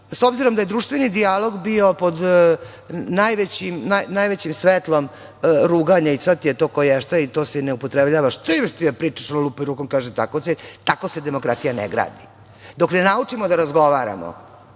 s obzirom da je društveni dijalog bio pod najvećim svetlom ruganja – šta ti je to, koješta i to se ne upotrebljava, šta imaš ti da pričaš, lupi rukom. Tako se demokratija ne gradi. Dok ne naučimo da razgovaramo,